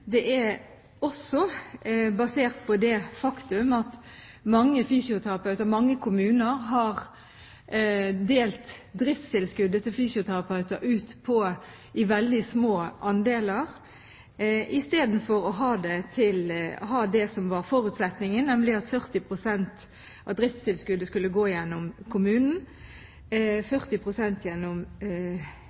Det er også basert på det faktum at mange kommuner har delt driftstilskuddet til fysioterapeuter ut i veldig små andeler, istedenfor det som var forutsetningen, nemlig at 40 pst. av driftstilskuddet skulle gå gjennom kommunen, 40 pst. gjennom